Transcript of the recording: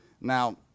Now